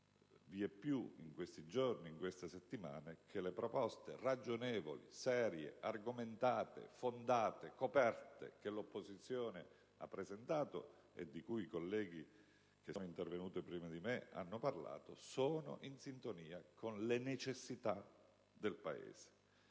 vieppiù in questi giorni e settimane che le proposte ragionevoli, serie, argomentate, fondate e coperte che l'opposizione ha presentato, e di cui i colleghi che sono intervenuti prima di me hanno parlato, sono in sintonia con le necessità del Paese.